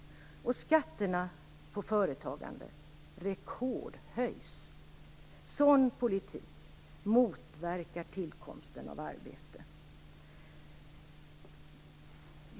Och skatterna på företagandet rekordhöjs. Sådan politik motverkar tillkomsten av arbete.